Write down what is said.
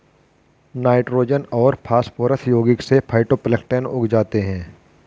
nitrogen और phosphorus यौगिक से फाइटोप्लैंक्टन उग जाते है